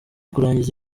kurangiza